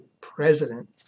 president